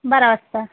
बारा वाजता